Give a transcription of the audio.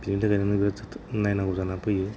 बिनि थाखायनो नोगोद थाब थाब नायनांगौ जानानै फैयो